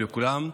לכולם.